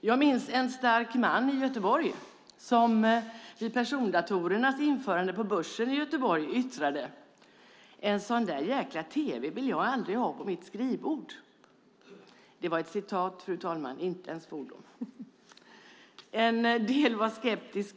Jag minns en stark man i Göteborg som vid persondatorernas införande på börsen i Göteborg yttrade: "En sådan där jäkla tv vill jag aldrig ha på mitt skrivbord!" Det var ett citat, fru talman, inte en svordom. En del var skeptiska.